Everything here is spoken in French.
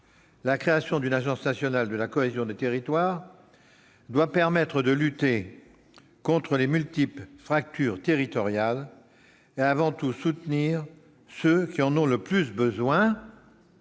La création d'une Agence nationale de la cohésion des territoires doit permettre de lutter contre les multiples fractures territoriales et, avant tout, de soutenir ceux qui en ont le plus besoin